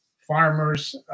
farmers